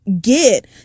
get